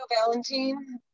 valentine